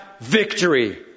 victory